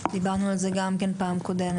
דיברנו על זה גם כן פעם קודמת.